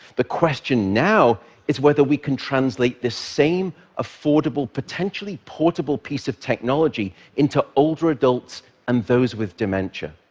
the question now is whether we can translate this same affordable, potentially portable piece of technology into older adults and those with dementia.